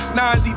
90